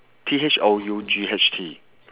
T H O U G H T